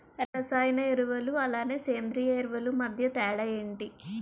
రసాయన ఎరువులు అలానే సేంద్రీయ ఎరువులు మధ్య తేడాలు ఏంటి?